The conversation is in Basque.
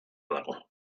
dago